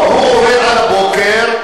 הוא עובד עד הבוקר.